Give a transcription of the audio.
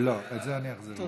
לא, את זה אני אחזיר לך.